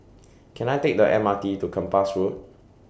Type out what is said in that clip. Can I Take The M R T to Kempas Road